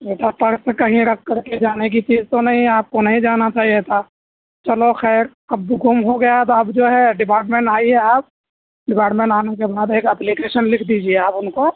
بیٹا purse کہیں رکھ کر کے جانے کی چیز تو نہیں ہے آپ کو نہیں جانا چاہیے تھا چلو خیر اب وہ گم ہو گیا تو اب جو ہے ڈپارٹمنٹ آئیے آپ ڈپارٹمنٹ آنے کے بعد ایک اپلیکیشن لکھ دیجیے آپ ان کو